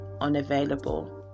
unavailable